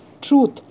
truth